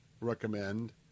recommend